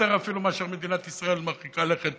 אפילו יותר מאשר מדינת ישראל מרחיקה לכת